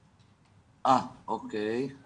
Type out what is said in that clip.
לומדים הילדים בכל מערכת את הזכויות והשבוע איך אני